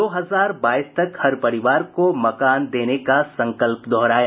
दो हजार बाईस तक हर परिवार को मकान देने का संकल्प दोहराया